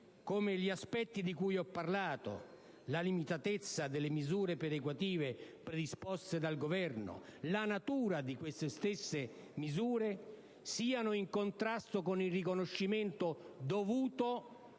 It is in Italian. come gli aspetti di cui ho parlato - la limitatezza delle misure perequative predisposte dal Governo, la natura di queste stesse misure - siano in contrasto con il riconoscimento dovuto